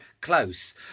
close